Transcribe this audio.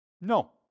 no